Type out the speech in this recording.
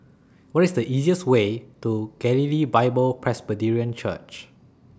What IS The easiest Way to Galilee Bible Presbyterian Church